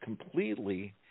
completely